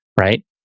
right